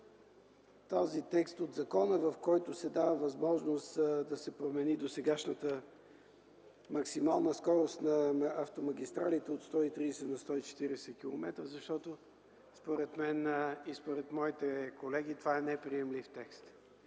този текст от закона, в който се дава възможност да се промени досегашната максимална скорост на автомагистралите от 130 на 140 километра, защото според мен и моите колеги това е неприемлив текст.